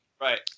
right